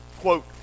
quote